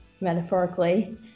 metaphorically